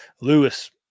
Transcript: Lewis